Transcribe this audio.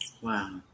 Wow